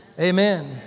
Amen